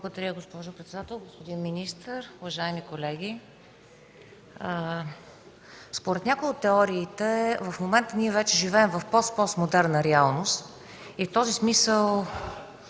Благодаря, госпожо председател. Господин министър, уважаеми колеги! Според някои от теориите в момента ние вече живеем в пост, постмодерна реалност и в този смисъл